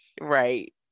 Right